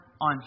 on